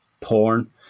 porn